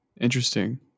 Interesting